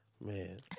Man